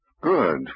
Good